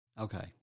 Okay